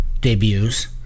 debuts